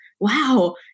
wow